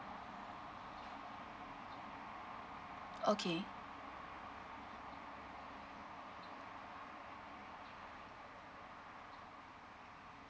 okay